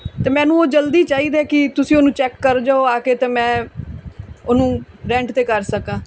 ਅਤੇ ਮੈਨੂੰ ਉਹ ਜਲਦੀ ਚਾਹੀਦੇ ਕਿ ਤੁਸੀਂ ਉਹਨੂੰ ਚੈੱਕ ਕਰ ਜਾਓ ਆ ਕੇ ਅਤੇ ਮੈਂ ਉਹਨੂੰ ਰੈਂਟ 'ਤੇ ਕਰ ਸਕਾਂ